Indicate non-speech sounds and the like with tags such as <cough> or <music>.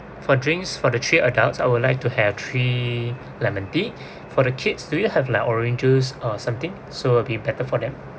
for drinks for the three adults I would like to have three lemon tea <breath> for the kids do you have like orange juice or something so it'd be better for them